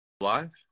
live